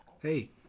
Hey